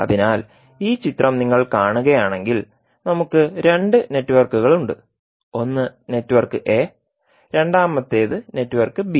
അതിനാൽ ഈ ചിത്രം നിങ്ങൾ കാണുകയാണെങ്കിൽ നമുക്ക് രണ്ട് നെറ്റ്വർക്കുകൾ ഉണ്ട് ഒന്ന് നെറ്റ്വർക്ക് എ രണ്ടാമത്തേത് നെറ്റ്വർക്ക് ബി